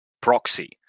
proxy